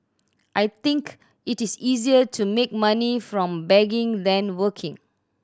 I think it is easier to make money from begging than working